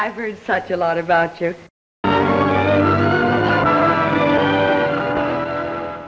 i've heard such a lot about you